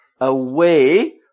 away